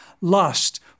lust